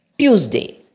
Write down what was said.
Tuesday